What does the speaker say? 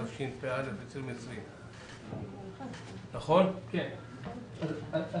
התשפ"א-2020 בדבר גלים מילימטריים הוראת שעה.